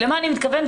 ולמה אני מתכוונת?